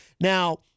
Now